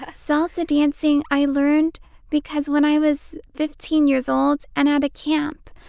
ah salsa dancing i learned because when i was fifteen years old and at a camp,